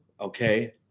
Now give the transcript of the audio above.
okay